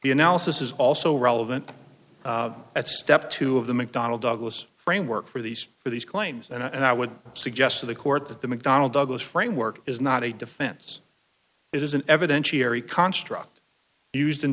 the analysis is also relevant at step two of the mcdonnell douglas framework for these for these claims and i would suggest to the court that the mcdonnell douglas framework is not a defense it is an evidentiary construct used in